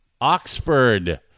Oxford